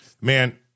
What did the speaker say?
Man